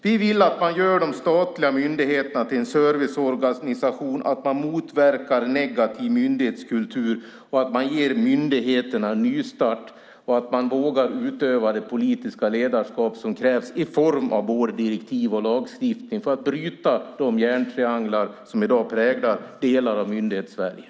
Vi vill att man gör de statliga myndigheterna till en serviceorganisation, motverkar negativ myndighetskultur, ger myndigheterna en nystart och vågar utöva det politiska ledarskap som krävs i form av både direktiv och lagstiftning för att bryta de järntrianglar som i dag präglar delar av Myndighetssverige.